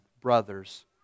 brothers